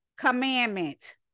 commandment